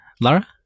Lara